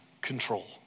control